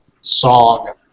song